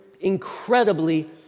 incredibly